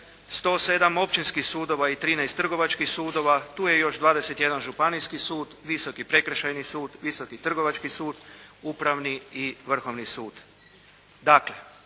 107 općinskih sudova i 13 trgovačkih sudova, tu je još 21 županijski sud, Visoki prekršajni sud, Visoki trgovački sud, Upravni i Vrhovni sud.